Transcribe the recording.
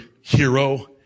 hero